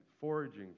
foraging